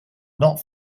not